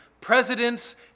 presidents